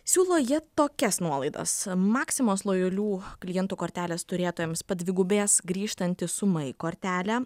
siūlo jie tokias nuolaidas maximos lojalių klientų kortelės turėtojams padvigubės grįžtanti suma į kortelę